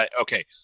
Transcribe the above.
Okay